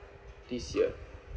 this year